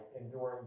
enduring